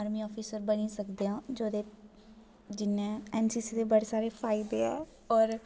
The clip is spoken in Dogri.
आर्मी ऑफिसर बनी सकदे आं जि'यां एन सी सी दे बड़े सारे फायदे ऐ होर